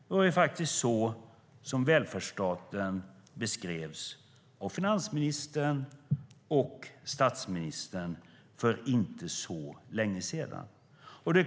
Det var faktiskt så som välfärdsstaten beskrevs av finansministern och statsministern för inte så länge sedan.